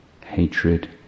hatred